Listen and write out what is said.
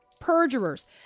perjurers